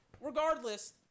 regardless